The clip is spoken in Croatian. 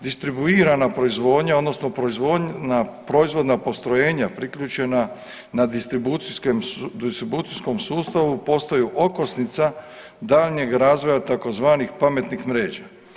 Distribuirana proizvodnja odnosno proizvodna postrojenja priključena na distribucijskom sustavu postaju okosnica daljnjeg razvoja tzv. pametnih mreža.